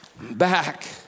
back